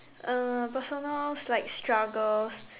uh personals like struggles